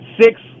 six